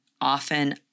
often